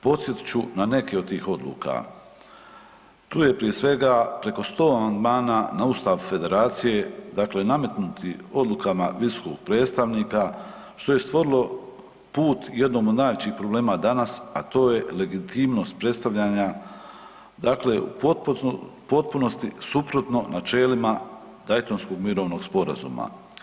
Podsjetit ću na neke od tih odluka, tu je prije svega preko 100 amandmana na Ustav Federacije, dakle nametnuti odlukama visokog predstavnika što je stvorilo put jednom od najvećih problema danas, a to je legitimnost predstavljanja, dakle u potpunosti suprotno načelima Dejtonskog mirovnog sporazuma.